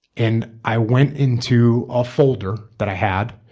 and i went into a folder that i had,